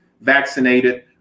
vaccinated